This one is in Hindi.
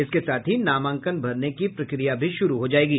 इसके साथ ही नामांकन भरने की प्रक्रिया भी शुरू हो जाएगी